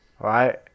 right